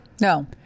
No